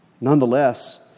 Nonetheless